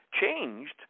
changed